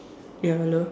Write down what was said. ya hello